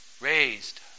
raised